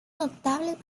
notables